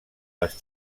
les